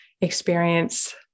experience